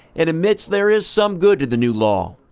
and admits there is some good to the new law.